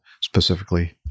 specifically